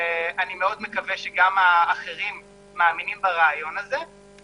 אני מאוד מקווה שגם האחרים מאמינים ברעיון הזה.